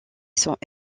sans